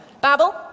Babble